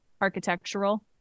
architectural